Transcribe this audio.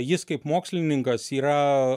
jis kaip mokslininkas yra